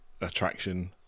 Attraction